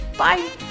Bye